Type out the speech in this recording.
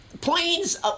Planes